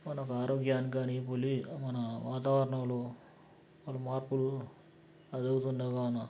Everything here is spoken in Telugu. మనకు ఆరోగ్యాని కానీ బొలీ మన వాతావరణంలో మార్పులు ఎదుగుతుండగానూ